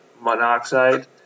monoxide